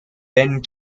ben